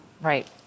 Right